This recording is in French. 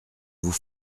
vous